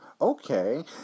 Okay